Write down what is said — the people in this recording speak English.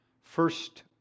first